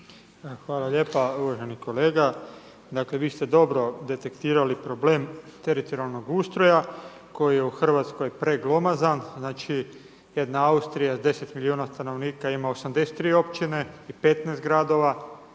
Hvala lijepa. Uvaženi kolega, dakle vi ste dobro detektirali problem teritorijalnog ustroja koji je u Hrvatskoj preglomazan, znači jedna Austrija sa 10 milijuna stanovnika ima 83 općine i 15 gradova,